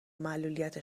معلولیت